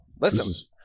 Listen